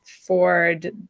Ford